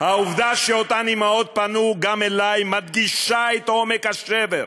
העובדה שאותן אימהות פנו גם אלי מדגישה את עומק השבר,